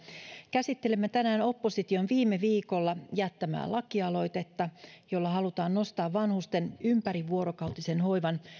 käsittelemme tänään opposition viime viikolla jättämää lakialoitetta jolla halutaan nostaa vanhusten ympärivuorokautisen hoivan